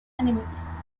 enemies